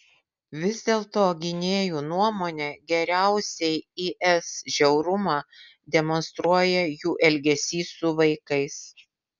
vis dėlto gynėjų nuomone geriausiai is žiaurumą demonstruoja jų elgesys su vaikais